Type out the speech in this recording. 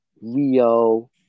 Rio